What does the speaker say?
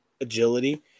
agility